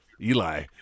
Eli